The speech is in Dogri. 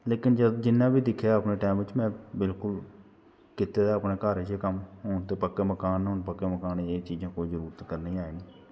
लेकिन जि'न्ना बी दिक्खेआ अपने टैम च में बिल्कुल कित्ते दा कम्म हून पक्के मकान एह् चीजां करने दी जरूरत ऐ नीं